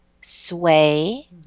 sway